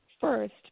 first